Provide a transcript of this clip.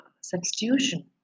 substitution